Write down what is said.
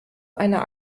einer